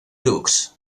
brooks